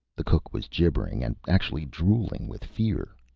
the cook was gibbering and actually drooling with fear.